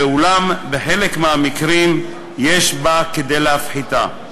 ואולם בחלק מהמקרים יש בה כדי להפחיתה.